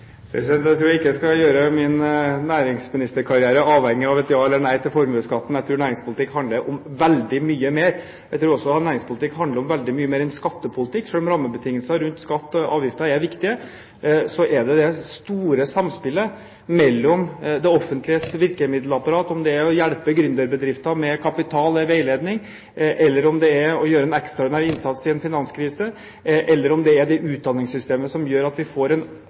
Jeg tror ikke jeg skal gjøre min næringsministerkarriere avhengig av et ja eller nei til formuesskatten. Jeg tror næringspolitikk handler om veldig mye mer. Jeg tror også at næringspolitikk handler om veldig mye mer enn skattepolitikk. Selv om rammebetingelsene rundt skatter og avgifter er viktig, er det det store samspillet mellom det offentliges virkemiddelapparat – om det er å hjelpe gründerbedrifter med kapital eller veiledning, eller om det er å gjøre en ekstraordinær innsats i en finanskrise, eller om det er det utdanningssystemet som gjør at vi får en